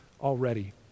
already